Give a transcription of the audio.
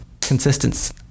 consistence